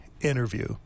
interview